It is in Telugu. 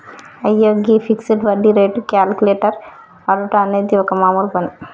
అయ్యో గీ ఫిక్సడ్ వడ్డీ రేటు క్యాలిక్యులేటర్ వాడుట అనేది ఒక మామూలు పని